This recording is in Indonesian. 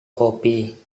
kopi